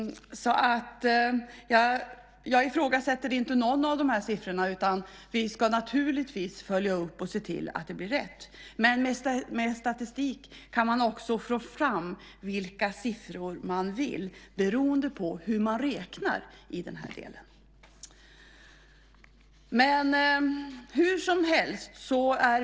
Jag ifrågasätter inte någon av siffrorna. Vi ska naturligtvis följa upp och se till att det blir rätt. Med statistik kan man också få fram vilka siffror man vill beroende på hur man räknar. Hursomhelst.